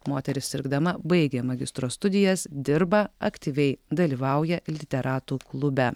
moteris sirgdama baigė magistro studijas dirba aktyviai dalyvauja literatų klube